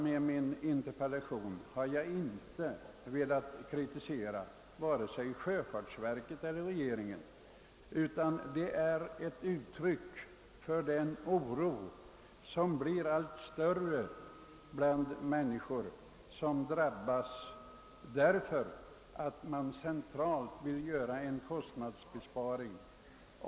Med min interpellation har jag inte velat kritisera vare sig sjöfartsverket eller regeringen, utan jag har velat ge uttryck för den allt starkare oron bland de människor som drabbas när man centralt vill göra en kostnadsbesparing.